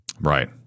right